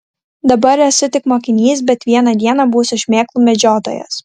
dabar esu tik mokinys bet vieną dieną būsiu šmėklų medžiotojas